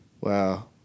Wow